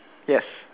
yes